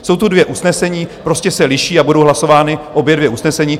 Jsou tu dvě usnesení, prostě se liší a budou hlasována obě dvě usnesení.